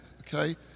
okay